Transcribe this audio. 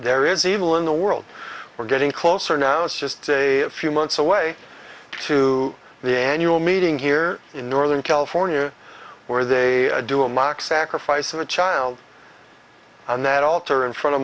there is evil in the world we're getting closer now it's just a few months away to the annual meeting here in northern california where they do a mock sacrifice of a child and that altar in front of